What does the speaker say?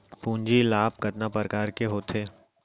पूंजी लाभ कतना प्रकार के होथे?